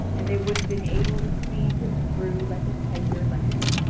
and they would have been able to cleave him through like a tender lamb.